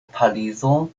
parizo